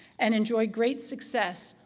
and enjoy great success,